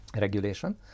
regulation